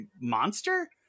monster